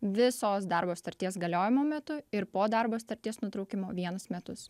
visos darbo sutarties galiojimo metu ir po darbo sutarties nutraukimo vienus metus